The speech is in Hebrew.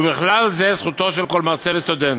ובכלל זה זכותו של כל מרצה וסטודנט,